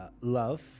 love